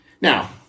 Now